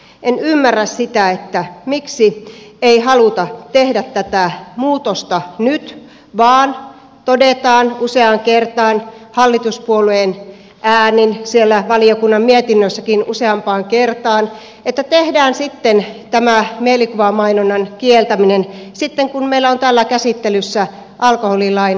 en ymmärrä sitä miksi ei haluta tehdä tätä muutosta nyt vaan todetaan useaan kertaan hallituspuolueen äänin siellä valiokunnan mietinnössäkin useampaan kertaan että tehdään tämä mielikuvamainonnan kieltäminen sitten kun meillä on täällä käsittelyssä alkoholilain kokonaisuudistus